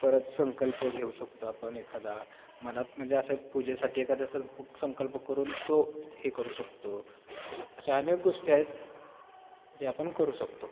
परत संकल्प घेऊ शकतो आपण एखादा मनात म्हणजे असे पूजेसाठी एखाद्या सं संकल्प करून तो हे करू शकतो अशा अनेक गोष्टी आहेत जे आपण करू शकतो